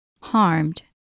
harmed